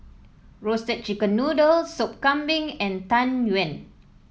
Roasted Chicken Noodle Sup Kambing and Tang Yuen